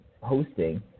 hosting